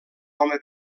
home